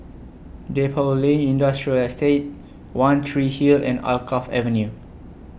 Depot Lane Industrial Estate one Tree Hill and Alkaff Avenue